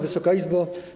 Wysoka Izbo!